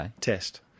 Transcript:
test